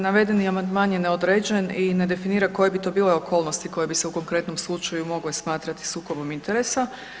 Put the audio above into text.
Navedeni je amandman je neodređen i ne definira koje bi to bile okolnosti koje bi se u konkretnom slučaju mogle smatrati sukobom interesa.